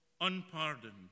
unpardoned